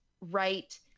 right